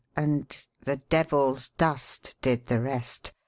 and the devil's dust did the rest.